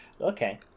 Okay